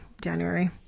january